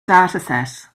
dataset